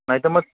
नाही तर मग